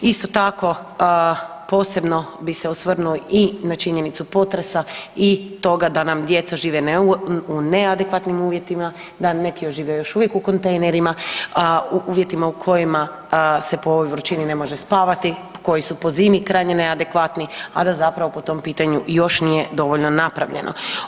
Isto tako posebno bi se osvrnuo i na činjenicu potresa i toga da nam djeca žive u neadekvatnim uvjetima, da neki žive još uvijek u kontejnerima u uvjetima u kojima se po ovoj vrućini ne može spavati, koji su po zimi krajnje neadekvatni, a da zapravo po tom pitanju još nije dovoljno napravljeno.